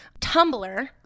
Tumblr